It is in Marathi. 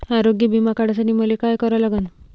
आरोग्य बिमा काढासाठी मले काय करा लागन?